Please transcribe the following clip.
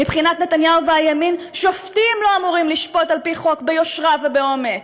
מבחינת נתניהו והימין שופטים לא אמורים לשפוט על-פי חוק ביושרה ובאומץ,